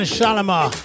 Shalimar